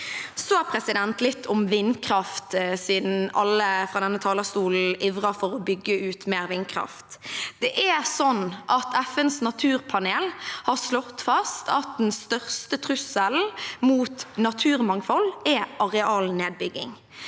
Så litt om vindkraft, siden alle fra denne talerstolen ivrer for å bygge ut mer vindkraft. Det er sånn at FNs na turpanel har slått fast at den største trusselen mot naturmangfold er arealnedbygging.